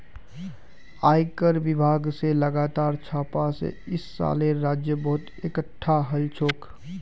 आयकरेर विभाग स लगातार छापा स इस सालेर राजस्व बहुत एकटठा हल छोक